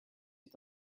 est